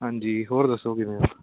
ਹਾਂਜੀ ਹੋਰ ਦੱਸੋ ਕਿਵੇਂ ਹੋ